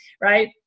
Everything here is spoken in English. right